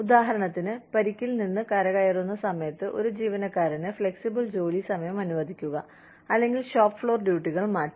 ഉദാഹരണത്തിന് പരിക്കിൽ നിന്ന് കരകയറുന്ന സമയത്ത് ഒരു ജീവനക്കാരന് ഫ്ലെക്സിബിൾ ജോലി സമയം അനുവദിക്കുക അല്ലെങ്കിൽ ഷോപ്പ് ഫ്ലോർ ഡ്യൂട്ടികൾ മാറ്റാം